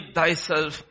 thyself